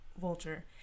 vulture